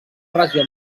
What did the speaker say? regió